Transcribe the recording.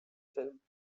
film